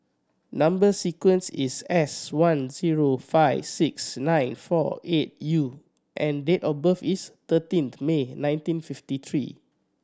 number sequence is S one zero five six nine four eight U and date of birth is thirteenth May nineteenth fifty three